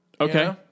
okay